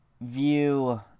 view